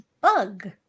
bug